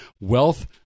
wealth